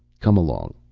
come along.